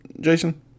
Jason